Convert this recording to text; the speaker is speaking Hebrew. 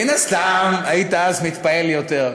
מן הסתם היית אז מתפעל יותר.